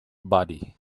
body